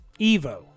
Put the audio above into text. Evo